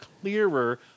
clearer